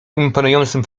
imponującym